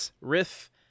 Riff